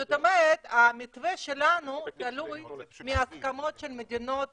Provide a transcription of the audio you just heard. זאת אומרת, המתווה שלנו תלוי בהסכמות של מדינות